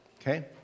Okay